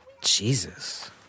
Jesus